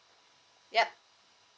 yup